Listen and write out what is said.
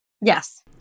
Yes